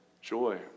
Joy